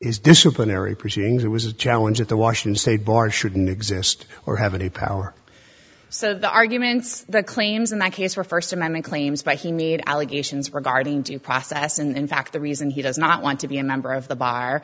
his disciplinary proceedings that was a challenge at the washington state bar shouldn't exist or have any power so the arguments the claims in that case were first amendment claims but he made allegations regarding due process and in fact the reason he does not want to be a member of the b